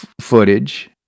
footage